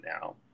now